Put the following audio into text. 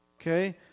Okay